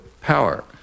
power